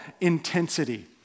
intensity